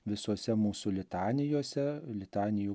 visose mūsų litanijose litanijų